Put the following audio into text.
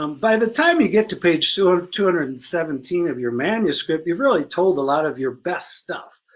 um by the time you get to page so two hundred and seventeen of your manuscript you've really told a lot of your best stuff.